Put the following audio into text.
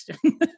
question